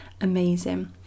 amazing